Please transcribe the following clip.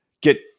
get